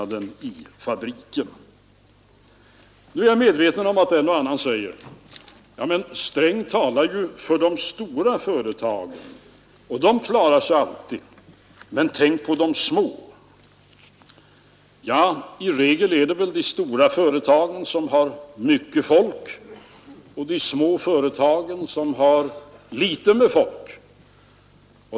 Men tänk på de små! ” Ja, i regel är det väl de stora företagen som har mycket folk och de små företagen som har litet folk.